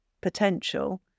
potential